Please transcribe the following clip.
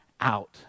out